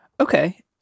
okay